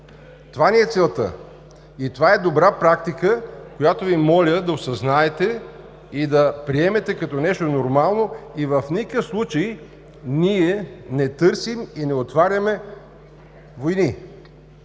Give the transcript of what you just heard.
Това е целта ни, и това е добра практика, която Ви моля да осъзнаете и да приемете като нещо нормално, като в никакъв случай не търсим и не отваряме войни.